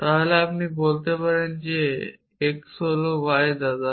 তাহলে আপনি বলতে পারেন x হল y এর দাদা